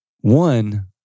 one